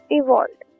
evolved